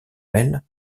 mêle